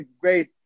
great